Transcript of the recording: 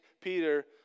Peter